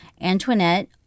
Antoinette